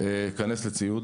ציוד